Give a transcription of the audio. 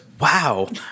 wow